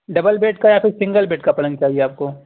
double bed کا یا تو سنگل بیڈ کا پلنگ چاہیے آپ کو